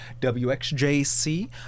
WXJC